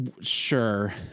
sure